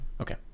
Okay